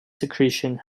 secretion